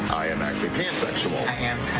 i'm actually pansexual. i am